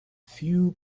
few